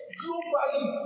globally